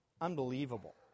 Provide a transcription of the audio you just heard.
unbelievable